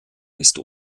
ist